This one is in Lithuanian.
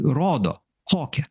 rodo kokį